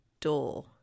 door